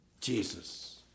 jesus